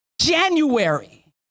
January